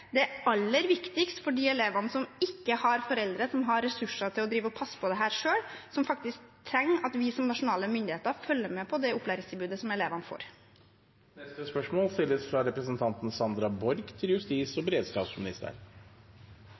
det er aller viktigst for de elevene som ikke har foreldre som har ressurser til å drive og passe på dette selv, og som faktisk trenger at vi som nasjonale myndigheter følger med på det opplæringstilbudet elevene